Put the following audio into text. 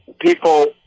people